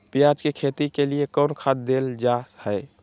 प्याज के खेती के लिए कौन खाद देल जा हाय?